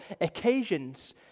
occasions